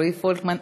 רועי פולקמן,